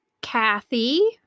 Kathy